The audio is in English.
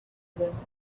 others